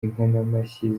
inkomamashyi